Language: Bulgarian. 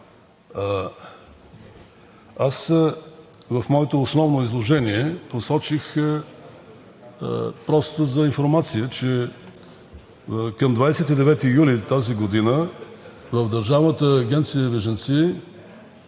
Аз в моето основно изложение посочих просто за информация, че към 29 юли тази година в Държавната агенция за